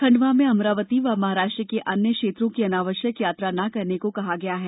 खंडवा में अमरावती व महाराष्ट्र के अन्य क्षेत्रों की अनावश्यक यात्रा न करने को कहा गया है